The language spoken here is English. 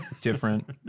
different